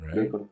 Right